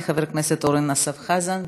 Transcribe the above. מחבר הכנסת אורן אסף חזן.